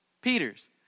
Peter's